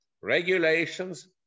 regulations